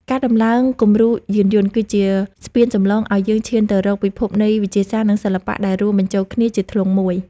ការដំឡើងគំរូយានយន្ត គឺជាស្ពានចម្លងឱ្យយើងឈានទៅរកពិភពនៃវិទ្យាសាស្ត្រ និងសិល្បៈដែលរួមបញ្ចូលគ្នាជាធ្លុងមួយ។